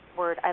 word